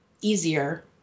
easier